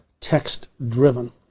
text-driven